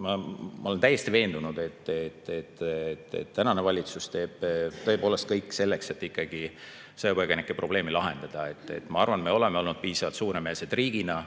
ma olen täiesti veendunud, et tänane valitsus teeb tõepoolest kõik selleks, et ikkagi sõjapõgenike probleemi lahendada. Ma arvan, et me oleme olnud piisavalt suuremeelsed riigina,